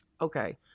okay